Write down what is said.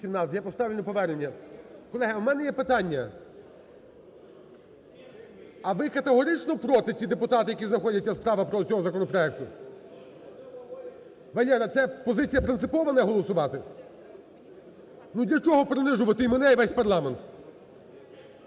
Я поставлю на повернення. Колеги, а в мене є питання, а ви категорично проти ті депутати, які знаходять справа, проти цього законопроекту? Валера, це позиція принципова не голосувати? Ну, для чого принижувати і мене, і весь парламент?